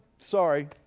sorry